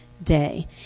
day